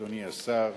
אדוני השר,